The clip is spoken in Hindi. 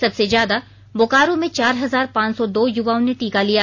सबसे ज्यादा बोकारो में चार हजार पांच सौ दो युवाओं ने टीका लिया